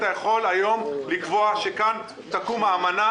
אתה יכול היום לקבוע שכאן תקום האמנה,